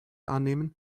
annehmen